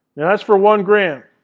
that's for one gram.